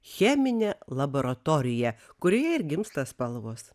chemine laboratorija kurioje ir gimsta spalvos